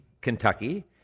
Kentucky